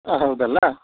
ಹಾಂ ಹೌದಲ್ವ